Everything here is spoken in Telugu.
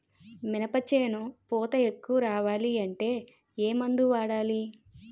మినప చేను పూత ఎక్కువ రావాలి అంటే ఏమందు వాడాలి?